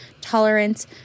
tolerance